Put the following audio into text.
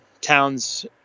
towns